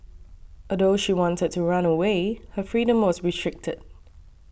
although she wanted to run away her freedom was restricted